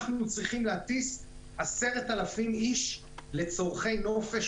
אנחנו צריכים להטיס 10,000 אנשים לצורכי נופש